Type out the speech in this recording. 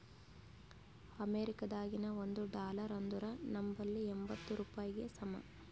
ಅಮೇರಿಕಾದಾಗಿನ ಒಂದ್ ಡಾಲರ್ ಅಂದುರ್ ನಂಬಲ್ಲಿ ಎಂಬತ್ತ್ ರೂಪಾಯಿಗಿ ಸಮ